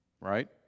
Right